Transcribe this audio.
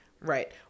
Right